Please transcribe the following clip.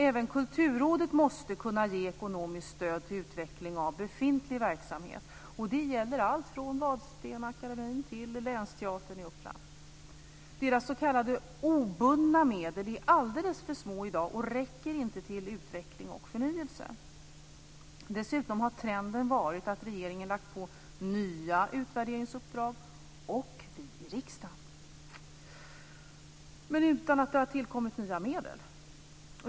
Även Kulturrådet måste kunna ge ekonomiskt stöd till utveckling av befintlig verksamhet. Det gäller allt från Vadstena-Akademien till Länsteatern i Uppland. Deras s.k. obundna medel är alldeles för små i dag och räcker inte till utveckling och förnyelse. Dessutom har trenden varit att regeringen lagt på dem nya utvärderingsuppdrag - och även vi i riksdagen - men utan att det har tillkommit nya medel.